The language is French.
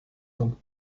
donc